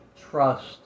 trust